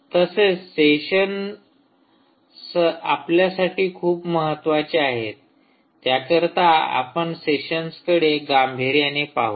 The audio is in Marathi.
तसेच सेशन्स आपल्यासाठी खूप महत्त्वाचे आहेत त्याकरीता आपण सेशन्सकडे गांभीर्याने पाहू